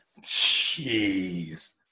Jeez